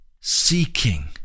seeking